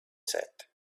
said